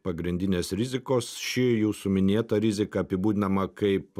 pagrindinės rizikos ši jūsų minėta rizika apibūdinama kaip